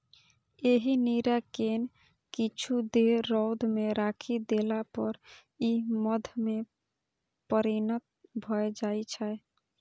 एहि नीरा कें किछु देर रौद मे राखि देला पर ई मद्य मे परिणत भए जाइ छै